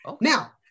now